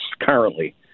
currently